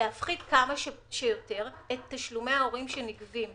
להפחית כמה שיותר את תשלומי ההורים שנגבים.